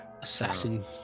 assassin